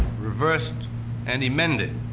reversed and amended.